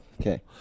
Okay